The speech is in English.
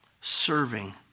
serving